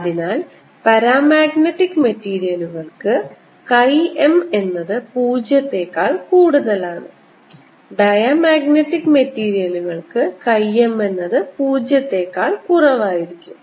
അതിനാൽ പാരമാഗ്നറ്റിക് മെറ്റീരിയലുകൾക്ക് chi m എന്നത് പൂജ്യത്തെക്കാൾ കൂടുതലാണ് ഡയമഗ്നറ്റിക് മെറ്റീരിയലുകൾക്ക് chi m എന്നത് പൂജ്യത്തെക്കാൾ കുറവായിരിക്കും